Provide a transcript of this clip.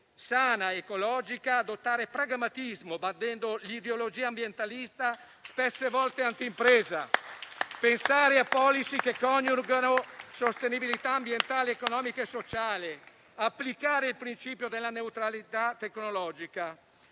sana ed ecologica, adottare pragmatismo, bandendo l'ideologia ambientalista, spesso anti-impresa. Occorre pensare a *policy* che coniugano sostenibilità ambientale, economica e sociale; applicare il principio della neutralità tecnologica